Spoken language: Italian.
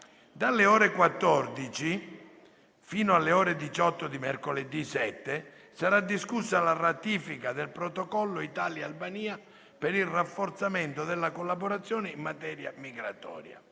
Dalle ore 14 e fino alle ore 18 di mercoledì 7 sarà discussa la ratifica del protocollo Italia-Albania per il rafforzamento della collaborazione in materia migratoria.